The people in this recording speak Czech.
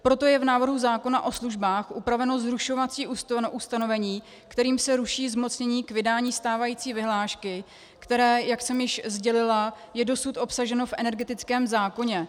Proto je v návrhu zákona o službách upraveno zrušovací ustanovení, kterým se ruší zmocnění k vydání stávající vyhlášky, které, jak jsem již sdělila, je dosud obsaženo v energetickém zákoně.